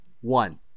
one